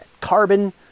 carbon